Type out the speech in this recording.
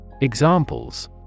Examples